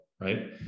Right